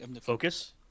Focus